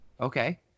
Okay